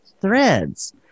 threads